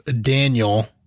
Daniel